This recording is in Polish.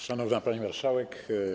Szanowna Pani Marszałek!